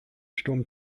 sturm